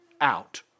out